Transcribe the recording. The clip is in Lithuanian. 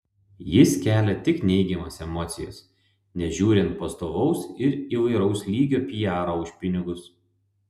jis kelia tik neigiamas emocijas nežiūrint pastovaus ir įvairaus lygio pijaro už pinigus